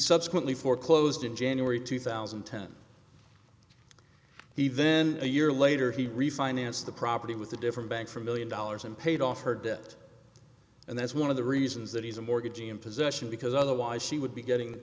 subsequently foreclosed in january two thousand and ten he then a year later he refinanced the property with a different bank for a million dollars and paid off her debt and that's one of the reasons that he's a mortgage in possession because otherwise she would be getting